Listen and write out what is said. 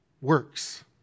works